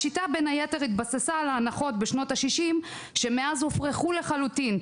השיטה בין היתר התבססה על הנחות משנות השישים שמאז הופרכו לחלוטין,